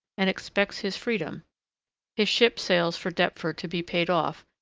and expects his freedom his ship sails for deptford to be paid off,